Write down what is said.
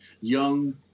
young